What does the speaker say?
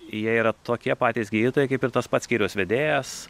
jie yra tokie patys gydytojai kaip ir tas pats skyriaus vedėjas